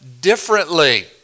differently